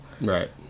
Right